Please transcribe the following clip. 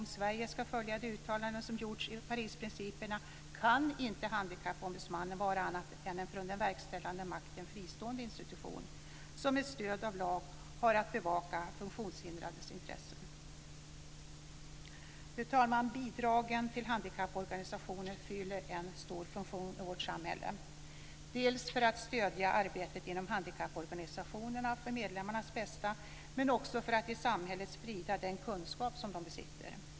Om Sverige ska följa de uttalanden som gjorts i Parisprinciperna kan Handikappombudsmannen inte vara annat än en från den verkställande makten fristående institution som med stöd av lag har att bevaka funktionshindrades intressen. Fru talman! Bidragen till handikapporganisationerna fyller en stor funktion i vårt samhälle, dels för att stödja arbetet inom handikapporganisationerna för medlemmarnas bästa, dels för att i hela samhället sprida den kunskap som de besitter.